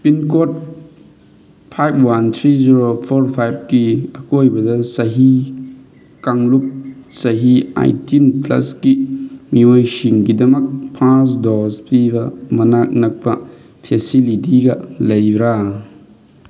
pin code ꯐꯥꯏꯕ one three zero four ꯐꯥꯏꯕ ꯀꯤ ꯑꯀꯣꯏꯕꯗ ꯆꯍꯤ ꯀꯥꯡꯂꯨꯞ ꯆꯍꯤ ꯑꯥꯏꯇꯤꯟ ꯄ꯭ꯂꯁꯀꯤ ꯃꯤꯑꯣꯏ ꯁꯤꯡꯒꯤꯗꯃꯛ ꯐꯥꯔꯁ ꯗꯣꯁ ꯄꯤꯕ ꯃꯅꯥꯛ ꯅꯛꯄ ꯐꯦꯁꯤꯂꯤꯇꯤꯒ ꯂꯩꯕ꯭ꯔꯥ